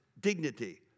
dignity